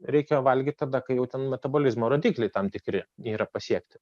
reikia valgyt tada kai jau ten metabolizmo rodikliai tam tikri yra pasiekti